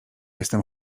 jestem